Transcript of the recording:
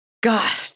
God